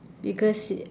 because